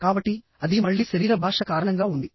కాబట్టి అది మళ్ళీ శరీర భాష కారణంగా ఉంది